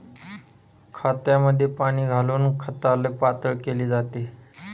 खतामध्ये पाणी घालून खताला पातळ केले जाते